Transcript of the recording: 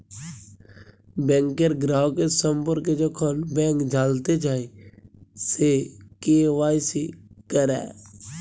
ব্যাংকের গ্রাহকের সম্পর্কে যখল ব্যাংক জালতে চায়, সে কে.ওয়াই.সি ক্যরা